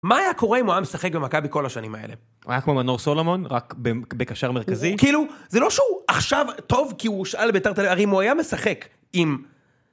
מה היה קורה אם הוא היה משחק במכבי כל השנים האלה? הוא היה כמו מנור סולומון, רק בקשר מרכזי. כאילו, זה לא שהוא עכשיו טוב כי הוא הושאל לבית"ר ירושלים, הרי אם הוא היה משחק עם...